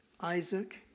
Isaac